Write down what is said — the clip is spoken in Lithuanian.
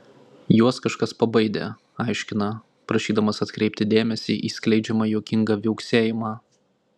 juos kažkas pabaidė aiškina prašydamas atkreipti dėmesį į skleidžiamą juokingą viauksėjimą